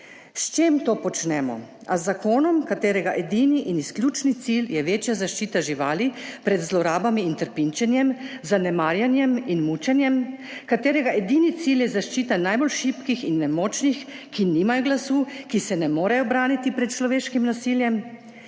S čim to počnemo? A z zakonom, katerega edini in izključni cilj je večja zaščita živali pred zlorabami in trpinčenjem, zanemarjanjem in mučenjem, katerega edini cilj je zaščita najbolj šibkih in nemočnih, ki nimajo glasu, ki se ne morejo braniti pred človeškim nasiljem?